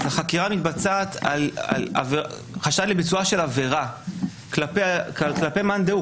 אז החקירה מתבצעת על חשד לביצוע של עבירה כלפי מאן דהוא,